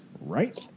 Right